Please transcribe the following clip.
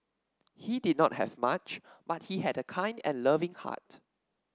he did not have much but he had a kind and loving heart